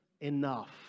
enough